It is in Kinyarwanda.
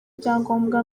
ibyangombwa